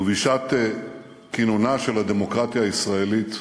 ובשעת כינונה של הדמוקרטיה הישראלית,